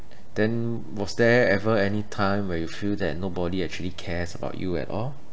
then was there ever any time where you feel that nobody actually cares about you at all